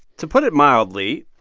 to put it mildly,